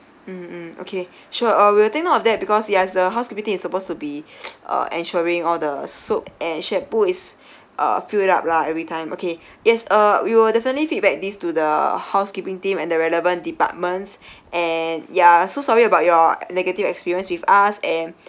mm mm okay sure uh we'll take note of that because yes the housekeeping team is supposed to be uh ensuring all the soap and shampoo is uh filled up lah every time okay yes uh we will definitely feedback these to the housekeeping team and the relevant departments and ya so sorry about your negative experience with us and